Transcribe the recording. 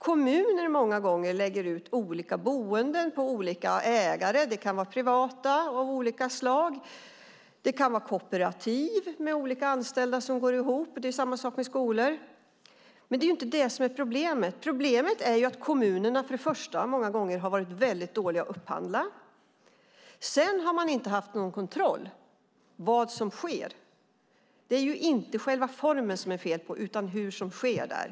Många gånger är det så att kommuner lägger ut olika boenden på olika ägare. Det kan vara privata ägare av olika slag. Det kan också vara kooperativ med olika anställda som går ihop. På samma sätt är det med skolor. Det är inte detta som är problemet. Problemet är att kommunerna många gånger varit väldigt dåliga på att upphandla. Sedan har man inte haft någon kontroll av vad som sker. Det är alltså inte själva formen det är fel på, utan det handlar om hur saker sker.